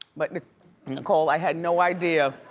but nicole i had no idea.